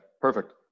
Perfect